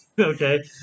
Okay